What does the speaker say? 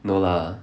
no lah